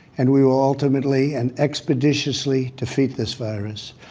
and we will ultimately and expeditiously defeat this virus.